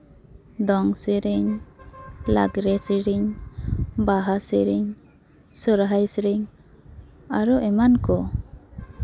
ᱫᱚᱝ ᱥᱮᱨᱮᱧ ᱞᱟᱜᱽᱲᱮ ᱥᱮᱨᱮᱧ ᱵᱟᱦᱟ ᱥᱮᱨᱮᱧ ᱥᱚᱦᱨᱟᱭ ᱥᱮᱨᱮᱧ ᱟᱨᱚ ᱮᱢᱟᱱ ᱠᱚ